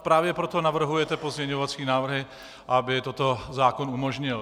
Právě proto navrhujete pozměňovací návrhy, aby toto zákon umožnil.